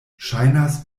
ŝajnas